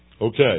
Okay